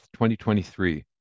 2023